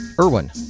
Irwin